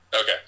Okay